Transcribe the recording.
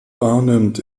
wahrnimmt